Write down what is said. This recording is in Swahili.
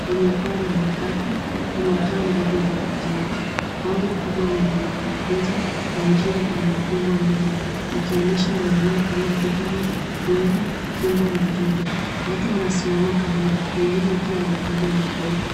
Kwenye paa la matatu kuna taa ndogo za kijani. Bango kubwa lenye maelekezo ya njia imefungwa mbele likionyesha maeneo kama Thika Road, Ruiru, Kimbo na Juja. Watu wanasimama karibu wengine wakiwa wamebeba mikoba.